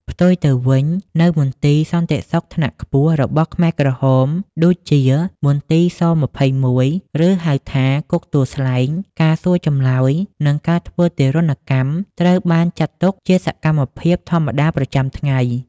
ផ្ទុយទៅវិញ នៅមន្ទីរសន្តិសុខថ្នាក់ខ្ពស់របស់ខ្មែរក្រហម ដូចជា មន្ទីរស-២១ ឬហៅថា គុកទួលស្លែង ការសួរចម្លើយនិងការធ្វើទារុណកម្ម ត្រូវបានចាត់ទុកជាសកម្មភាពធម្មតាប្រចាំថ្ងៃ។